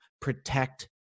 Protect